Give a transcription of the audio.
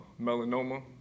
melanoma